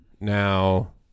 Now